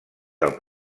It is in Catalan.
del